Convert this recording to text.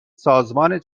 سازمان